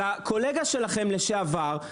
אלא קולגה שלכם לשעבר,